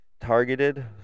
targeted